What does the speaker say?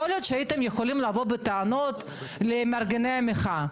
להיות שהייתם יכולים לבוא בטענות למארגני המחאה.